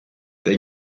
der